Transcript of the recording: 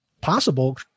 possible